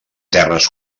terres